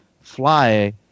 fly